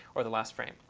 or the last frame.